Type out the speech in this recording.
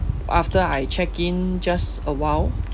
after I check in just awhile